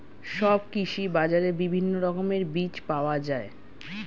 সব কৃষি বাজারে বিভিন্ন রকমের বীজ পাওয়া যায়